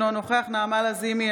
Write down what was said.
אינו נוכח נעמה לזימי,